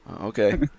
Okay